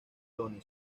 toni